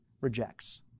rejects